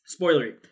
spoilery